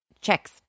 checks